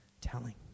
telling